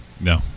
No